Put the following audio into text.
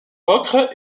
ocre